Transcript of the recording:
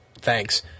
Thanks